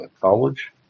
college